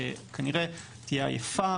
שכנראה תהיה עייפה,